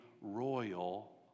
royal